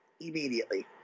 immediately